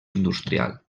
industrial